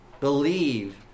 believe